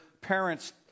parents